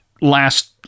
last